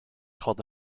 called